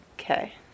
okay